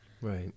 right